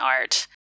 art